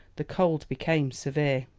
the cold became severe.